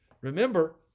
remember